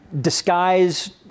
disguise